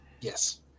Yes